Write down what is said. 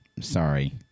sorry